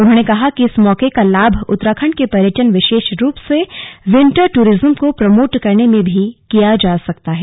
उन्होंने कहा कि इस मौके का लाभ उत्तराखण्ड के पर्यटन विशेष रूप से विंटर टूरिज्म को प्रोमोट करने में भी किया जा सकता है